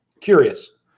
curious